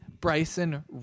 bryson